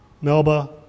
Melba